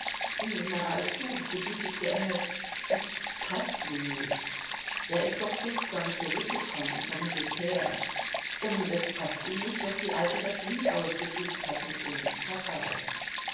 na weißt du begütigte engel es paßt ihm nicht er ist doch gestern zurückgekommen vom militär und es paßt ihm nicht daß die alte das lied ausgesucht hat mit dem schakkerl